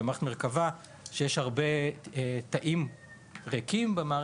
שבמערכת מרכבה יש הרבה תאים ריקים.